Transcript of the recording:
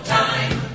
time